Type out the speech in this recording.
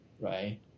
right